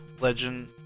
Legend